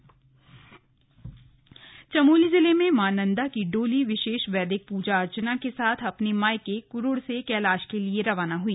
slug मां नंदा की डोली चमोली जिले में मां नंदा की डोली विशेष वैदिक पूजा अर्चना के साथ अपने मायके कुरुड़ से कैलाश के लिए रवाना हुई